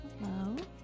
Hello